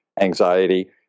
anxiety